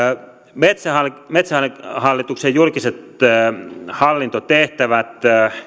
metsähallituksen metsähallituksen julkiset hallintotehtävät